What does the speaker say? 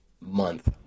month